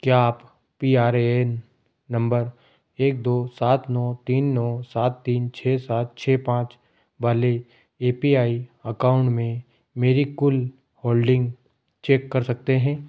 क्या आप P R A N number एक दो सात नौ तीन नौ सात तीन छः सात छः पाँच वाले ए पी आई अकाउंट में मेरी कुल होल्डिंग चेक कर सकते हैं